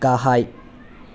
गाहाय